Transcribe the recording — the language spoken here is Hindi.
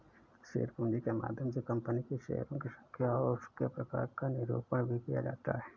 शेयर पूंजी के माध्यम से कंपनी के शेयरों की संख्या और उसके प्रकार का निरूपण भी किया जाता है